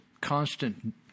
constant